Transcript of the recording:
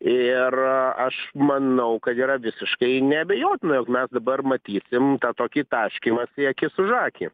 ir aš manau kad yra visiškai neabejotina jog mes dabar matysim tą tokį taškymąsi akis už akį